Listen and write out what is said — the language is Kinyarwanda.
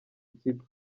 ikigo